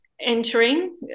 entering